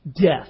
Death